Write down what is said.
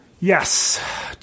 Yes